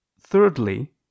Thirdly